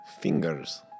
fingers